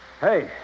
Hey